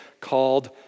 called